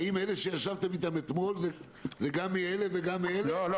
האם אלה שישבתם איתם אתמול וגם מאלה --- לא,